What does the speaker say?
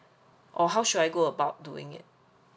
or how should I go about doing it